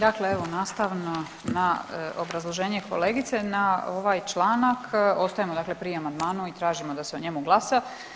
Dakle, evo nastavno na obrazloženje kolegice na ovaj članak ostajemo dakle pri amandmanu i tražimo da se o njemu glasa.